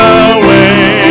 away